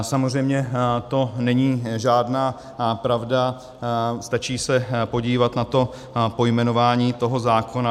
Samozřejmě to není žádná pravda, stačí se podívat na pojmenování toho zákona.